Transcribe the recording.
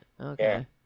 Okay